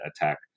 attack